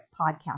podcast